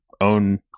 own